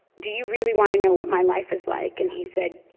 do you really want to know what my life is like? and he said,